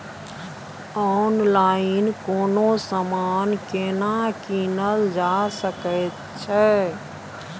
Online कोनो समान केना कीनल जा सकै छै?